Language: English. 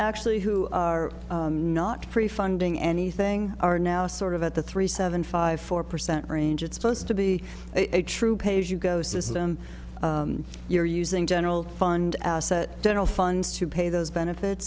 actually who are not prefunding anything are now sort of at the three seven five four percent range it's supposed to be a true pays you go system you're using general fund asset general funds to pay those benefits